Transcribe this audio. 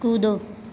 कूदो